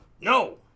No